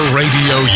radio